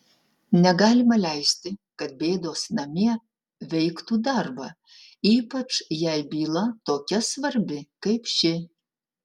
negalima leisti kad bėdos namie veiktų darbą ypač jei byla tokia svarbi kaip ši